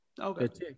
Okay